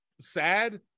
sad